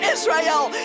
Israel